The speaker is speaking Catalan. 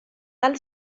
tal